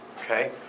Okay